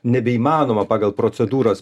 nebeįmanoma pagal procedūras